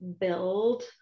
build